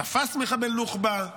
תפס מחבל נוח'בה,